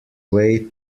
way